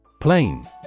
Plain